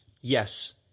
yes